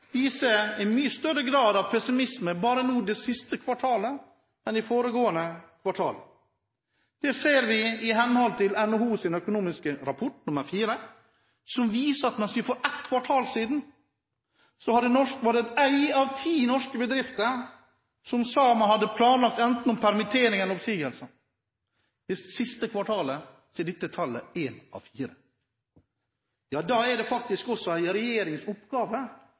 Vi ser nå dessverre at tilbakemeldingene fra næringslivet viser en mye større grad av pessimisme bare nå i det siste kvartalet enn i foregående kvartal. NHOs kvartalsrapport for 4. kvartal viser at for ett kvartal siden var det én av ti norske bedrifter som sa at de hadde planer om enten permitteringer eller oppsigelser, og i det siste kvartalet er dette tallet én av fire. Da er det faktisk en regjerings oppgave